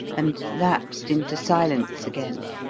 and lapsed into silence again.